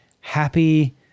happy